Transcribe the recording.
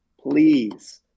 Please